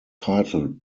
title